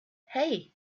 hey